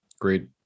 great